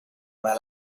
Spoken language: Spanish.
una